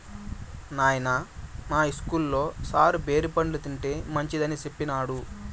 నాయనా, మా ఇస్కూల్లో సారు బేరి పండ్లు తింటే మంచిదని సెప్పినాడు